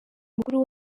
mukuru